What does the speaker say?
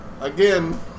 Again